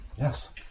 Yes